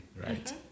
right